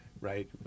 right